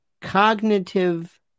cognitive